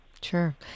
Sure